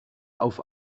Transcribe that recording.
auf